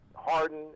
Harden